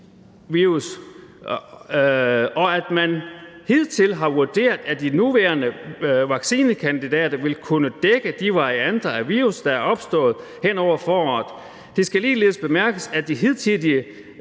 og at man hidtil har vurderet, at de nuværende vaccinekandidater vil kunne dække de variationer af virus, der er opstået henover foråret. Det skal ligeledes bemærkes, at de hidtidigt